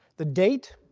the date,